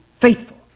faithful